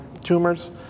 Tumors